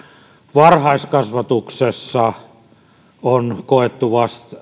varhaiskasvatuksessa on koettu